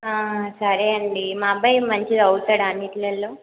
సరే అండి మా అబ్బాయి మంచిగా చదువుతాడా అన్నింటిలో